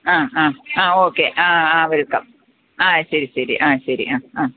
ആ ആ ആ ഓക്കെ ആ ആ വെൽക്കം ആ ശരി ശരി ആ ശരി ആ ആ